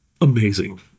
amazing